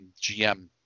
gm